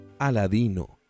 Aladino